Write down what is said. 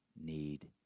need